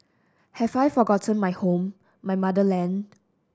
have I forgotten my home my motherland